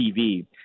TV